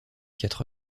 quatre